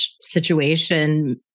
situation